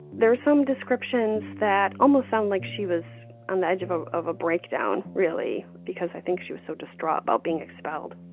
there are some descriptions that almost sound like she was on the edge of of a breakdown, really, because i think she was so distraught about being expelled